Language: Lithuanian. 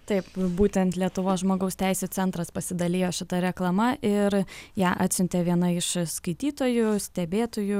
taip nu būtent lietuvos žmogaus teisių centras pasidalijo šita reklama ir ją atsiuntė viena iš skaitytojų stebėtojų